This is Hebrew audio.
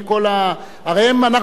הרי אנחנו כפופים לחוק.